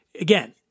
Again